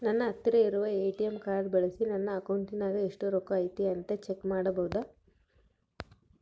ನನ್ನ ಹತ್ತಿರ ಇರುವ ಎ.ಟಿ.ಎಂ ಕಾರ್ಡ್ ಬಳಿಸಿ ನನ್ನ ಅಕೌಂಟಿನಾಗ ಎಷ್ಟು ರೊಕ್ಕ ಐತಿ ಅಂತಾ ಚೆಕ್ ಮಾಡಬಹುದಾ?